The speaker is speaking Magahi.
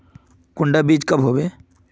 कुंडा बीज कब होबे?